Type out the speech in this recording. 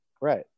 Right